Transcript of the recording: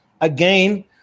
again